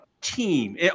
team